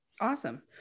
Awesome